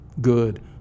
good